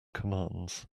commands